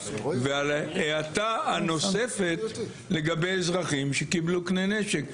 ועל ההאטה הנוספת לגבי אזרחים שקיבלו כלי נשק.